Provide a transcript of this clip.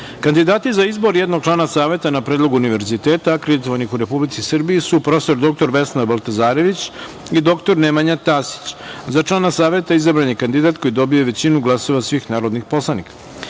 Srbiji. Kandidati za izbor jednog člana Saveta na predlog univerziteta akreditovanih u Republici Srbiji su prof. dr Vesna Baltezarević i dr Nemanja Tasić.Za člana Saveta izabran je kandidat koji dobije većinu glasova svih narodnih poslanika.1.